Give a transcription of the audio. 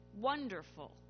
wonderful